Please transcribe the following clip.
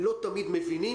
לא תמיד מבינים.